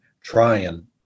trying